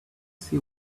see